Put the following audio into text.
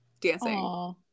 dancing